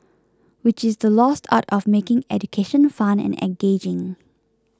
which is the lost art of making education fun and engaging